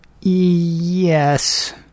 Yes